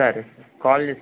సరే sir call చేస్తాను